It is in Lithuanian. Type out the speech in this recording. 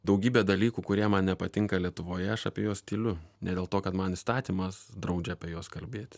daugybė dalykų kurie man nepatinka lietuvoje aš apie juos tyliu ne dėl to kad man įstatymas draudžia apie juos kalbėti